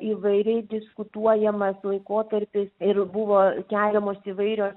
įvairiai diskutuojamas laikotarpis ir buvo keliamos įvairios